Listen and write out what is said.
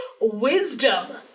wisdom